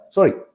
Sorry